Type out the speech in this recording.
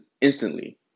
instantly